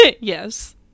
Yes